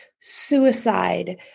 suicide